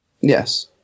Yes